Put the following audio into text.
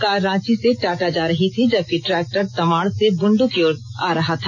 car Ranchi से टाटा जा रही थी जबकि ट्रैक्टर तमाड़ से बूंडू की ओर आ रहा था